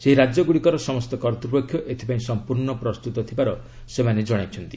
ସେହି ରାଜ୍ୟଗୁଡ଼ିକର ସମସ୍ତ କର୍ତ୍ତୃପକ୍ଷ ଏଥିପାଇଁ ସମ୍ପୂର୍ଣ୍ଣ ପ୍ରସ୍ତୁତ ଥିବାର ସେମାନେ ଜଣାଇଛନ୍ତି